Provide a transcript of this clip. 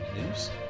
News